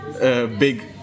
big